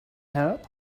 help